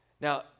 Now